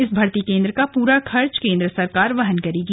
इस भर्ती केन्द्र का पूरा खर्च केंद्र सरकार वहन करेगी